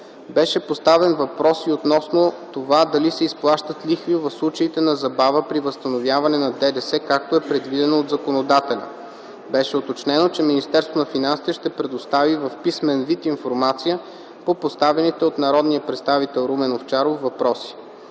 Беше поставен въпрос и относно това дали се изплащат лихви в случаите на забава при възстановяване на ДДС, както е предвидено от законодателя. Беше уточнено, че Министерството на финансите ще предостави в писмен вид информация по поставените от народния представител Румен Овчаров въпроси.